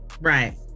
right